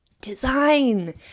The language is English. design